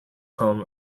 home